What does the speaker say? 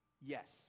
Yes